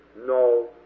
no